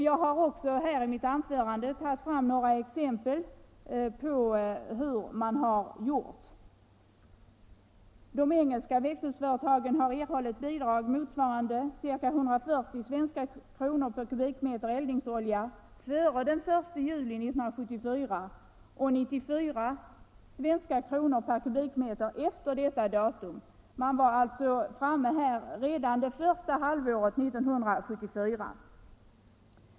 Jag har tagit fram några exempel på hur man har gjort. De engelska växthusföretagen har erhållit bidrag motsvarande ca 140 svenska kronor per kubikmeter eldningsolja före den 1 juli 1974 och 94 svenska kronor per kubikmeter efter detta datum. Man var alltså från regeringens sida färdig med att vidta åtgärder redan under första halvåret 1974.